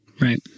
Right